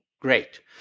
great